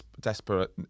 desperate